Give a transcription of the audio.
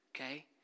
okay